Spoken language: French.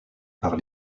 par